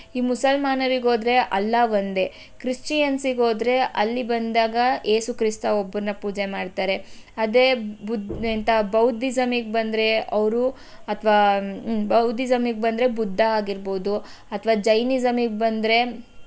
ಈ ಮುಸಲ್ಮಾನರಿಗೋದರೆ ಅಲ್ಲಾ ಒಂದೇ ಕ್ರಿಶ್ಚಿಯನ್ಸಿಗೋದರೆ ಅಲ್ಲಿ ಬಂದಾಗ ಏಸು ಕ್ರಿಸ್ತ ಒಬ್ಬನ್ನ ಪೂಜೆ ಮಾಡ್ತಾರೆ ಅದೇ ಬುದ್ದ ಎಂಥ ಬೌದ್ಧಿಸಮ್ಮಿಗೆ ಬಂದರೆ ಅವರು ಅಥವಾ ಹೂಂ ಬೌದ್ಧಿಸಮ್ಮಿಗೆ ಬಂದರೆ ಬುದ್ಧ ಆಗಿರ್ಬೋದು ಅಥವಾ ಜೈನಿಸಮ್ಮಿಗೆ ಬಂದರೆ